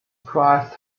priced